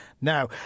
Now